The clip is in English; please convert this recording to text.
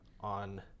on